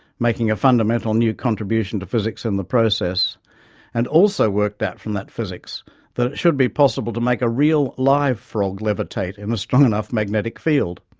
making a fundamental new contribution to physics in the process and also worked out from that physics that it should be possible to make a real live frog levitate in a strong enough magnetic field.